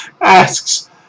asks